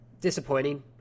disappointing